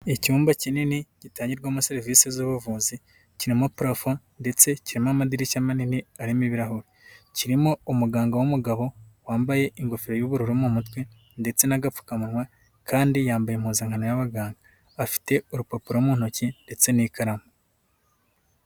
Icyumba kinini gitangirwamo serivisi z'ubuvuzi kirimo parafo, ndetse kirimo amadirishya manini arimo ibirahuri, kirimo umuganga w'umugabo wambaye ingofero y'ubururu mu mutwe, ndetse n'agapfukamunwa, kandi yambaye impuzankano y'abaganga, afite urupapuro mu ntoki ndetse n'ikaramu.